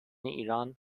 ایران